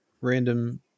random